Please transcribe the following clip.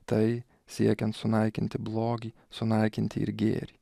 tai siekiant sunaikinti blogį sunaikinti ir gėrį